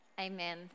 Amen